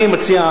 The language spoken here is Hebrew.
ואני מציע,